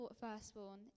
firstborn